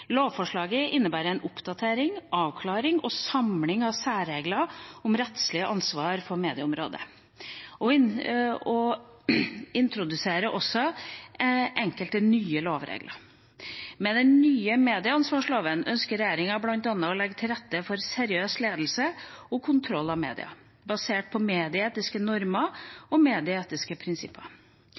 Lovforslaget innebærer en oppdatering, avklaring og samling av særregler om rettslig ansvar for medieområdet og introduserer også enkelte nye lovregler. Med den nye medieansvarsloven ønsker regjeringa bl.a. å legge til rette for seriøs ledelse og kontroll av medier, basert på medieetiske normer og medieetiske prinsipper.